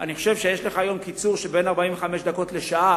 אני חושב שיש לך היום קיצור של בין 45 דקות לשעה